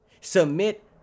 Submit